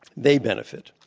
they benefit.